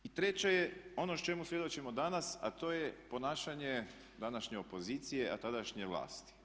I treće je ono čemu svjedočimo danas, a to je ponašanje današnje opozicije, a tadašnje vlasti.